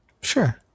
Sure